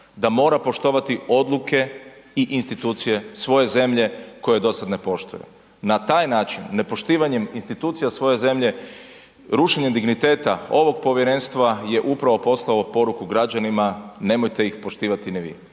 da mora poštovati odluke i institucije svoje zemlje koju do sad ne poštuje. Na taj način nepoštivanjem institucija svoje zemlje, rušenjem digniteta ovog povjerenstva je upravo poslao poruku građanima nemojte ih poštivati ni vi